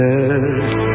Yes